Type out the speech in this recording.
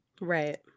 Right